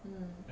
um